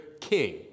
king